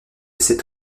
cet